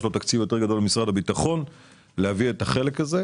יש לו תקציב יותר גדול ממשרד הביטחון להביא את החלק הזה.